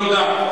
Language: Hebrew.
תודה.